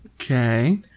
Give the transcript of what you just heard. Okay